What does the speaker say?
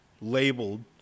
labeled